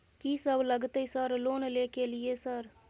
कि सब लगतै सर लोन ले के लिए सर?